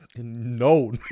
no